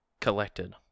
collected